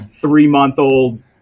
three-month-old